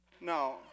No